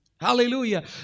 Hallelujah